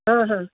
हा हा